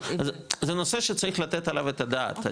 זה נושא שצריך לתת עליו את הדעת,